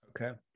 Okay